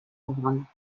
heran